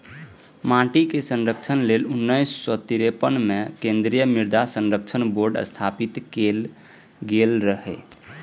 माटिक संरक्षण लेल उन्नैस सय तिरेपन मे केंद्रीय मृदा संरक्षण बोर्ड स्थापित कैल गेल रहै